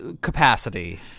capacity